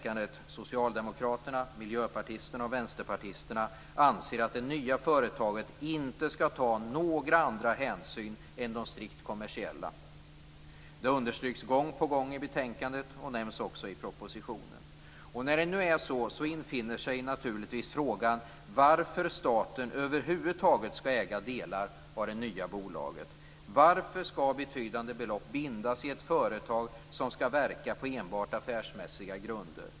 anser att det nya företaget inte skall ta några andra hänsyn än strikt kommersiella hänsyn. Det understryks gång på gång i betänkandet och nämns också i propositionen. När det nu är så infinner sig naturligtvis frågan varför staten över huvud taget skall äga delar av det nya bolaget. Varför skall alltså betydande belopp bindas i ett företag som skall verka enbart på affärsmässiga grunder?